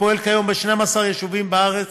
הפועל כיום ב-12 יישובים בארץ,